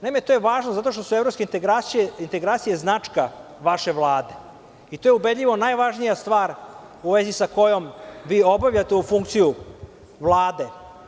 Naime, to je važno zato što su evropske integracije značka vaše Vlade i to je ubedljivo najvažnija stvar u vezi sa kojom vi obavljate ovu funkciju Vlade.